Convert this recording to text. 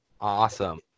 Awesome